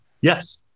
Yes